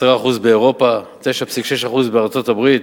10% באירופה, 9.6% בארצות-הברית,